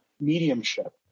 mediumship